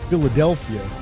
Philadelphia